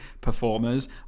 performers